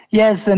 yes